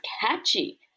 catchy